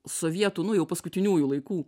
sovietų nu jau paskutiniųjų laikų